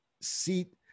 seat